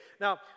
Now